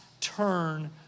turn